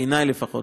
בעיני לפחות,